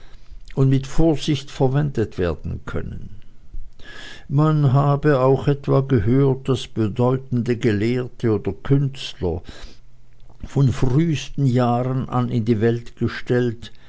und mit vorsicht verwendet werden können man habe auch etwa gehört daß bedeutende gelehrte oder künstler von frühsten jahren an in die welt gestellt